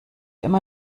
immer